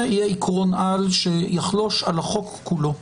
זה יהיה עקרון-על שיחלוש על החוק כולו.